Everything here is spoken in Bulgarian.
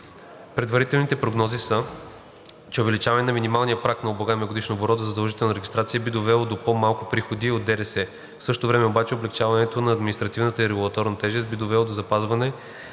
Предварителните прогнози са, че увеличаването на минималния праг на облагаемия годишен оборот за задължителна регистрация би довело до по-малко приходи от ДДС. В същото време обаче облекчаването на административната и регулаторната тежест би довело до запазване